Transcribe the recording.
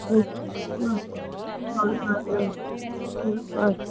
হয় হয় হয় হয় হয় হয় হয়